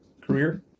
career